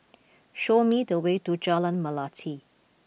show me the way to Jalan Melati